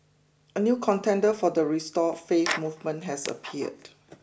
a new contender for the restore faith movement has appeared